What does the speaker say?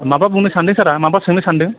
माबा बुंनो सानदों सारआ माबा सोंनो सानदों